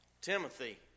Timothy